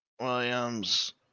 Williams